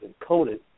encoded